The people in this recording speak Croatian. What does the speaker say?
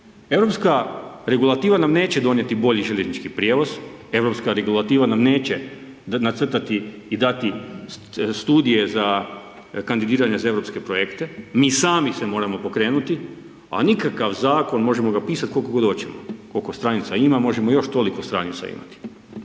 Europska regulativa nam neće donijeti bolji željeznički prijevoz, Europska regulativa nam neće nacrtati i dati studije za kandidiranja za europske projekte, mi sami se moramo pokrenuti a nikakav zakon, možemo ga pisati koliko god hoćemo, koliko stranica ima možemo još toliko stranica imati.